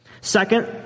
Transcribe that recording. Second